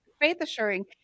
faith-assuring